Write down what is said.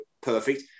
Perfect